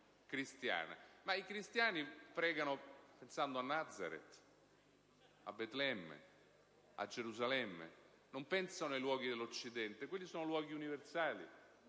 Ma i cristiani pregano pensando a Nazareth, a Betlemme, a Gerusalemme, non pensano ai luoghi dell'Occidente. Quelli sono luoghi universali,